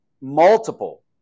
multiple